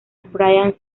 bryan